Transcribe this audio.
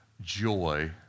joy